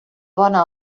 bona